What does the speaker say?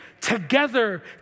together